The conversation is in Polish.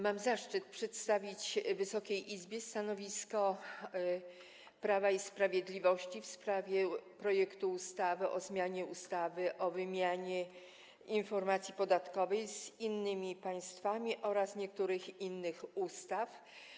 Mam zaszczyt przedstawić Wysokiej Izbie stanowisko Prawa i Sprawiedliwości w sprawie projektu ustawy o zmianie ustawy o wymianie informacji podatkowych z innymi państwami oraz niektórych innych ustaw.